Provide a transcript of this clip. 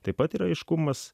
taip pat yra aiškumas